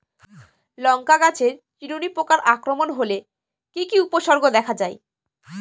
লঙ্কা গাছের চিরুনি পোকার আক্রমণ হলে কি কি উপসর্গ দেখা যায়?